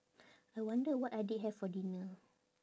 I wonder what adik have for dinner